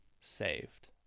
saved